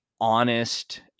honest